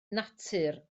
natur